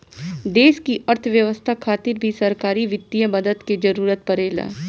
देश की अर्थव्यवस्था खातिर भी सरकारी वित्तीय मदद के जरूरत परेला